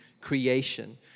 creation